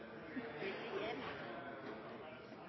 for korrupsjonshandlinger, en